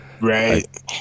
right